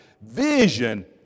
Vision